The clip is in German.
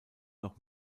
noch